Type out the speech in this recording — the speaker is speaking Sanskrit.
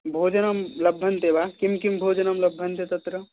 भोजनं लभ्यन्ते वा किं किं भोजनं लभ्यन्ते तत्र